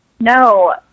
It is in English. No